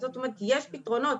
יש פתרונות.